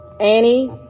Annie